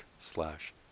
slash